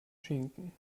schinken